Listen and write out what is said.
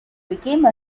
became